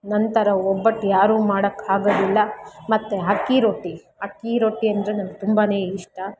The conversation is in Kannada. ನನ್ತರ ಒಬ್ಬಟ್ಟು ಯಾರೂ ಮಾಡೋಕ್ ಆಗದಿಲ್ಲ ಮತ್ತು ಅಕ್ಕಿ ರೊಟ್ಟಿ ಅಕ್ಕೀ ರೊಟ್ಟಿ ಅಂದರೆ ನಂಗೆ ತುಂಬಾ ಇಷ್ಟ